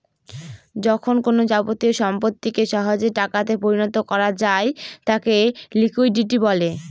যখন কোনো যাবতীয় সম্পত্তিকে সহজে টাকাতে পরিণত করা যায় তাকে লিকুইডিটি বলে